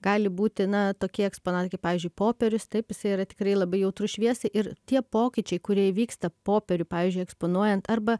gali būti na tokie eksponatai kaip pavyzdžiui popierius taip jisai yra tikrai labai jautrus šviesai ir tie pokyčiai kurie įvyksta popierių pavyzdžiui eksponuojant arba